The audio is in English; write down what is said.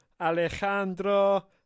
Alejandro